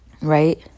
right